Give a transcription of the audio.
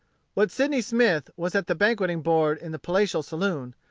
what sydney smith was at the banqueting board in the palatial saloon,